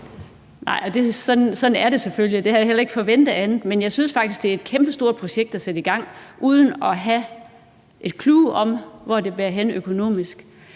Sådan er det selvfølgelig, og jeg havde heller ikke forventet andet, men jeg synes faktisk, det er et kæmpestort projekt at sætte i gang uden at have et clou om, hvor det bærer hen økonomisk.